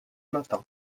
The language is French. matin